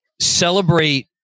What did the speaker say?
celebrate